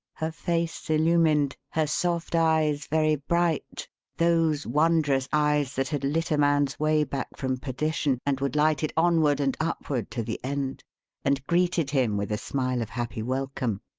her face illumined, her soft eyes very bright those wondrous eyes that had lit a man's way back from perdition and would light it onward and upward to the end and greeted him with a smile of happy welcome.